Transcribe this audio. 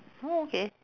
oh okay